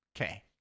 Okay